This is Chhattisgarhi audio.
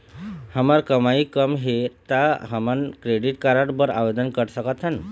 हमर कमाई कम हे ता हमन क्रेडिट कारड बर आवेदन कर सकथन?